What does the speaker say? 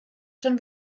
schon